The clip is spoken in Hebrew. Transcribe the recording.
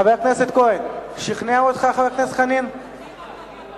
חבר הכנסת כהן, חבר הכנסת חנין שכנע אותך?